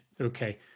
okay